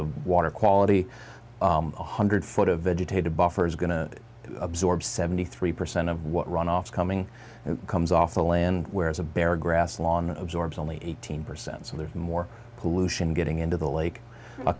of water quality one hundred foot of vegetated buffer is going to absorb seventy three percent of what runoff coming comes off the land whereas a bare grass lawn absorbs only eighteen percent so there's more pollution getting into the lake